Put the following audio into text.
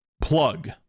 plug